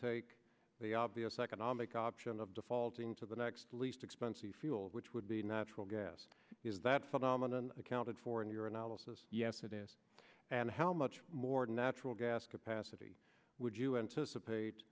take the obvious economic option of defaulting to the next least expensive fuel which would be natural gas is that some dominant accounted for in your analysis yes it is and how much more natural gas capacity would you anticipate